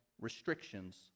restrictions